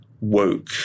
woke